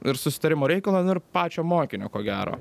ir susitarimo reikalo dar pačio mokinio ko gero